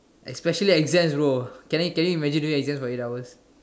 especially exam bro can you can you imagine doing exam for eight hours